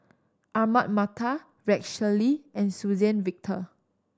Ahmad Mattar Rex Shelley and Suzann Victor